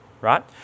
right